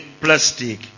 plastic